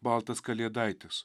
baltas kalėdaitis